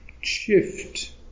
shift